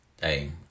Hey